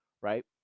right